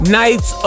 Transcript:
nights